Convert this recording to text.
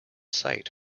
site